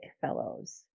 fellows